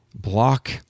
block